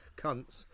cunts